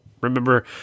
remember